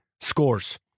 scores